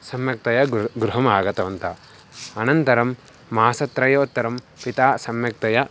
सम्यक्तया गृ गृहम् आगतवन्तः अनन्तरं मासत्रयोत्तरं पिता सम्यक्तया